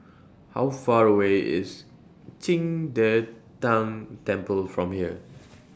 How Far away IS Qing De Tang Temple from here